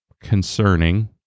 concerning